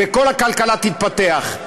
וכל הכלכלה תתפתח.